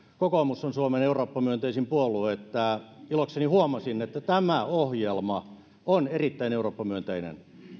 kokoomus on suomen eurooppa myönteisin puolue niin ilokseni huomasin että tämä ohjelma on erittäin eurooppa myönteinen